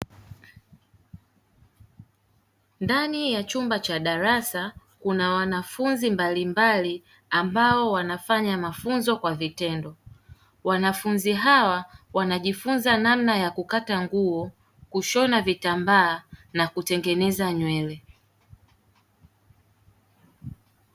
Ndani ya chumba cha darasa kuna wanafunzi mbalimbali, ambao wanafanya mafunzo kwa vitendo. Wanafunzi hawa wanajifunza namna ya kukata nguo, kushona vitambaa na kutengeneza nywele.